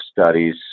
studies